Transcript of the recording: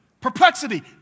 perplexity